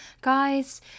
Guys